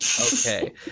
Okay